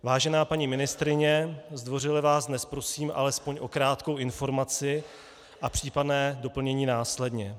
Vážená paní ministryně, zdvořile vás dnes prosím alespoň o krátkou informaci a případné doplnění následně.